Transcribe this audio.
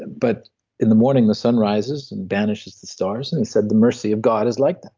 but in the morning the sun rises, and banishes the stars, and he said the mercy of god is like